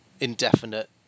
indefinite